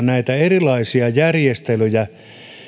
näitä erilaisia järjestelyjä